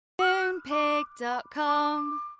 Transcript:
Moonpig.com